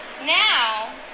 Now